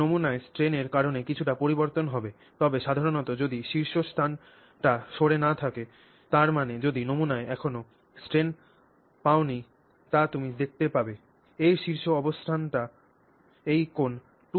নমুনায় strain এর কারণে কিছুটা পরিবর্তন হবে তবে সাধারণত যদি শীর্ষ স্থানটি সরে না থাকে তার মানে তুমি নমুনায় কোনও স্ট্রেন পাও নি তা তুমি দেখতেও পাবে এই শীর্ষ অবস্থানটি এই কোণ 2θ